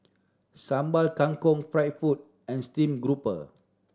Sambal Kangkong fried food and steam grouper